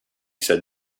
said